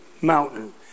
mountain